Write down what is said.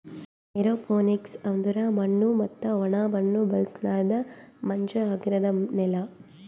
aeroponics ಅಂದುರ್ ಮಣ್ಣು ಮತ್ತ ಒಣ ಮಣ್ಣ ಬಳುಸಲರ್ದೆ ಮಂಜ ಆಗಿರದ್ ನೆಲ